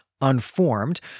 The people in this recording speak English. unformed